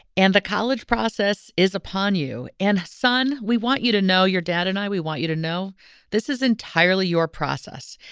and the college process is upon you. and, son, we want you to know your dad and i, we want you to know this is entirely your process.